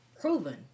proven